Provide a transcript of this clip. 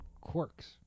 quirks